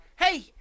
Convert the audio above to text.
hey